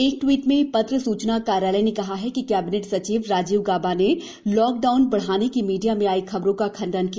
एक ट्वीट में पत्र सूचना कार्यालय ने कहा है कि कैबिनेट सचिव राजीव गॉबा ने लॉकडाउन बढाने की मीडिया में आई खबरों का खंडन किया